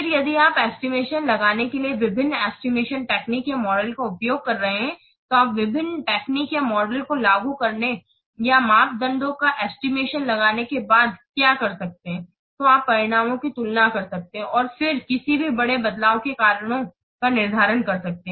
फिर यदि आप एस्टिमेशन लगाने के लिए विभिन्न एस्टिमेशन टेक्निक या मॉडल का उपयोग कर रहे हैं तो आप विभिन्न टेक्निक या मॉडलों को लागू करने या मापदंडों का एस्टिमेशन लगाने के बाद क्या कर सकते हैं तो आप परिणामों की तुलना कर सकते हैं और फिर किसी भी बड़े बदलाव के कारणों का निर्धारण कर सकते हैं